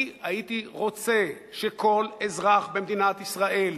אני הייתי רוצה שכל אזרח במדינת ישראל